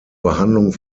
behandlung